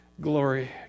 glory